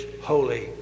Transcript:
holy